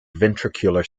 ventricular